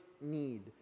need